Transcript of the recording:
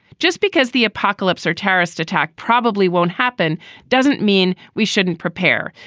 just because the apocalypse or terrorist attack probably won't happen doesn't mean we shouldn't prepare.